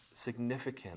significant